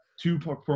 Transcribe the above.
two –